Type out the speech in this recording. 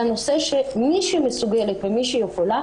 והנושא שמי שמסוגלת ומי שיכולה,